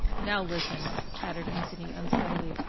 now, listen, chattered anthony unsteadily,